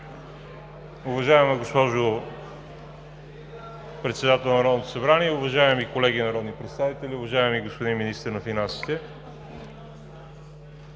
Уважаема госпожо Председател на Народното събрание, уважаеми колеги народни представители, уважаеми господин Министър на финансите!